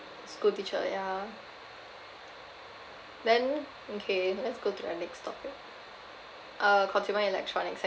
school teacher ya ah then okay let's go to the next topic uh consumer electronics I can get